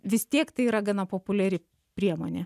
vis tiek tai yra gana populiari priemonė